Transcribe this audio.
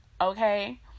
okay